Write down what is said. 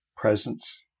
presence